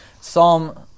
Psalm